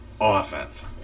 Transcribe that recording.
offense